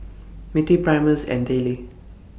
Mittie Primus and Dayle